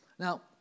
Now